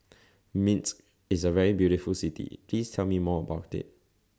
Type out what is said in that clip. Minsk IS A very beautiful City Please Tell Me More about IT